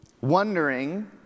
wondering